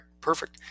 perfect